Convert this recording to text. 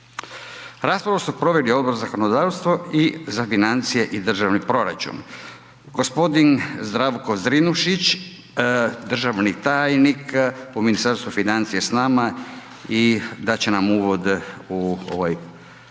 Raspravu su proveli Odbor za zakonodavstvo i financije i državni proračun. Gospodin Zdravko Zrinušić, državni tajnik u Ministarstvu financija je s nama i dat će nam uvod u ovaj hitni,